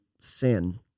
sin